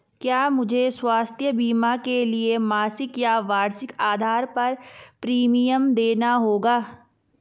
क्या मुझे स्वास्थ्य बीमा के लिए मासिक या वार्षिक आधार पर प्रीमियम देना होगा?